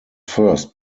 first